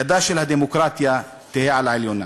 ידה של הדמוקרטיה תהא על העליונה.